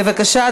בבקשה,